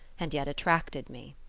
and yet attracted me.